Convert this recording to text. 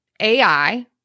AI